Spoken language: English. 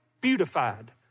beautified